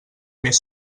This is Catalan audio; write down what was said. més